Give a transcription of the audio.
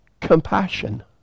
compassion